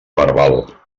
verbal